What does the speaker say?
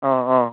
অঁ অঁ